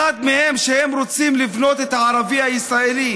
אחת מהן, שהם רוצים לבנות את הערבי הישראלי,